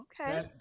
Okay